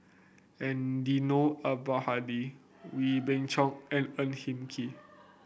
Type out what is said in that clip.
Eddino Abdul Hadi Wee Beng Chong and Ang Hin Kee